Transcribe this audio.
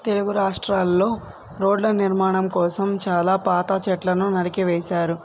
తెలుగు రాష్ట్రాలలో రోడ్ల నిర్మాణం కోసం చాలా పాత చెట్లను నరికి వేేశారు